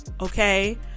Okay